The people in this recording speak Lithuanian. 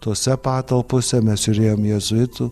tose patalpose mes žiūrėjom jėzuitų